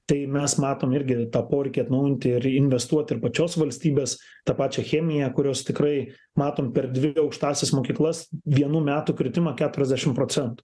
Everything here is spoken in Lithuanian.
tai mes matom irgi tą poreikį atnaujinti ir investuoti ir pačios valstybės tą pačią chemiją kurios tikrai matom per dvi aukštąsias mokyklas vienų metų kritimą keturiasdešimt procentų